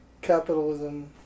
Capitalism